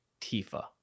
Tifa